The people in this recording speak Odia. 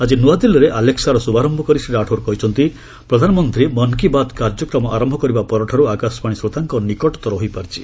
ଆଜି ନୂଆଦିଲ୍ଲୀରେ ଆଲେକ୍ସାର ଶୁଭାରମ୍ଭ କରି ଶ୍ରୀ ରାଠୋର୍ କହିଛନ୍ତି ପ୍ରଧାନମନ୍ତ୍ରୀ ମନ୍ କୀ ବାତ୍ କାର୍ଯ୍ୟକ୍ରମ ଆରମ୍ଭ କରିବା ପରଠାରୁ ଆକାଶବାଣୀ ଶ୍ରୋତାଙ୍କ ନିକଟତର ହୋଇପାରିଛି